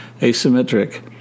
asymmetric